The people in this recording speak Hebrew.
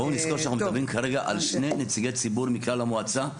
בואו נזכור שאנחנו מדברים כרגע על שני נציגי ציבור מכלל המועצה.